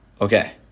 Okay